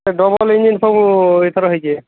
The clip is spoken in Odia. ଡବଲ୍ ଇଞ୍ଜିନ୍ ସବୁ ଏଥର ହୋଇଛି